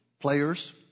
players